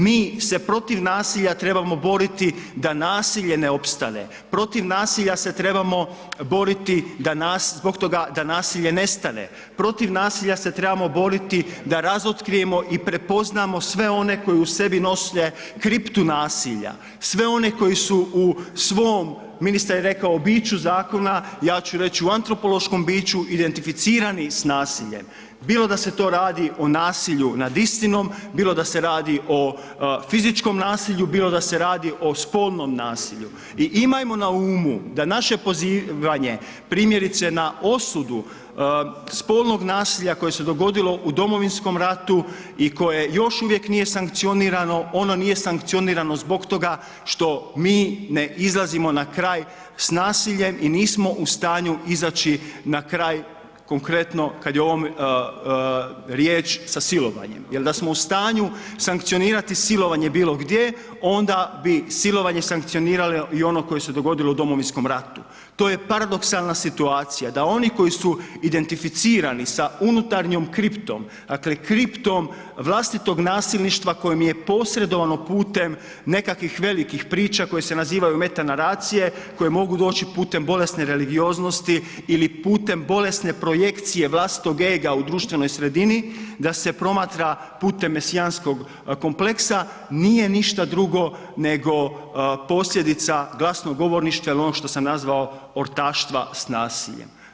Mi se protiv nasilja trebamo boriti da nasilje ne opstane, protiv nasilja se trebamo boriti da nas, zbog toga da nasilje nestane, protiv nasilja se trebamo boriti da razotkrijemo i prepoznamo sve one koji u sebi nose kriptu nasilja, sve one koji su u svom, ministar je rekao, u biću zakona, ja ću reć u antropološkom biću, identificirani s nasiljem, bilo da se to radi o nasilju nad istinom, bilo da se radi o fizičkom nasilju, bilo da se radi o spolom nasilju i imajmo na umu da naše pozivanje primjerice na osudu spolnog nasilja koje se dogodilo u Domovinskom ratu i koje još uvijek nije sankcionirano, ono nije sankcionirano zbog toga što mi ne izlazimo na kraj s nasiljem i nismo u stanju izaći na kraj konkretno kad je o ovom riječ, sa silovanje, jel da smo u stanju sankcionirati silovanje bilo gdje onda bi silovanje sankcionirali i ono koje se dogodilo u Domovinskom ratu, to je paradoksalna situacija da oni koji su identificirani sa unutarnjom kriptom, dakle kriptom vlastitog nasilništva kojom je posredovano putem nekakvih velikih priča koje se nazivaju mete naracije koje mogu doći putem bolesne religioznosti ili putem bolesne projekcije vlastitog ega u društvenoj sredini da se promatra putem Mesijanskog kompleksa, nije ništa drugo nego posljedica glasnogovorništva il ono što sam nazvao ortaštva s nasiljem.